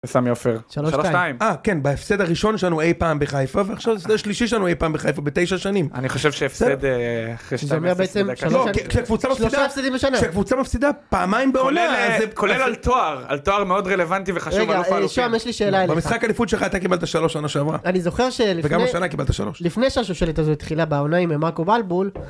סמי אופר 3.2 כן בהפסד הראשון שלנו אי פעם בחיפה ועכשיו זה שלישי שלנו אי פעם בחיפה בתשע שנים אני חושב שהפסד 3.2 פעמיים בעולם זה כולל על תואר על תואר מאוד רלוונטי וחשוב על הופעה לישון יש לי שאלה על המשחק הליפוד שלך אתה קיבלת 3 שנה שעברה אני זוכר שלפני 3 שנה קיבלת 3 לפני שלושה שנים התחילה בעונה עם אמרקו ולבול.